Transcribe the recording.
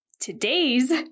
today's